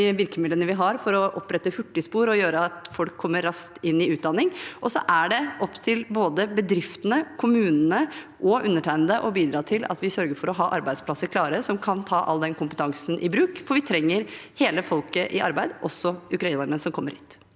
virkemidlene vi har for å opprette et hurtigspor og gjøre at folk kommer raskt inn i utdanning. Så er det opp til både bedriftene, kommunene og undertegnede å bidra til at vi sørger for å ha arbeidsplasser klare som kan ta all den kompetansen i bruk, for vi trenger hele folket i arbeid, også ukrainerne som kommer.